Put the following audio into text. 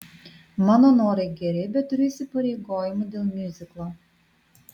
mano norai geri bet turiu įsipareigojimų dėl miuziklo